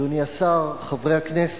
תודה, אדוני השר, חברי הכנסת,